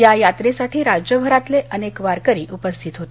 या यात्रेसाठी राज्यभरातले अनेक वारकरी उपस्थित होते